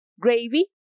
Gravy